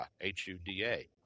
H-U-D-A